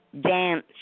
Dance